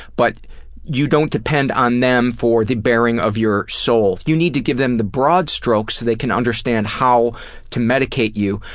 but you don't depend on them for the baring of your soul. you need to give them the broad strokes so they can understand how to medicate you,